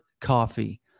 coffee